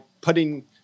putting